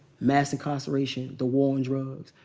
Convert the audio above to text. mass incarceration, the war on drugs,